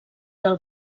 del